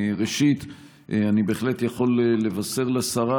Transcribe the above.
ראשית אני בהחלט יכול לבשר לשרה,